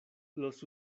los